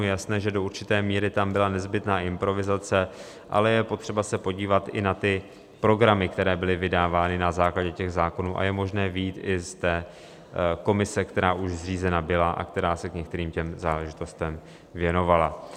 Je jasné, že do určité míry tam byla nezbytná improvizace, ale je potřeba se podívat i na programy, které byly vydávány na základě těch zákonů, a je možné vyjít i z té komise, která už zřízena byla a která se některým těm záležitostem věnovala.